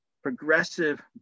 progressive